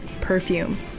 Perfume